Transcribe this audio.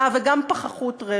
אה, וגם פחחות רכב.